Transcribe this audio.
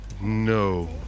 No